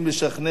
8392 ו-8403,